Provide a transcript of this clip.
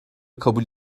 kabul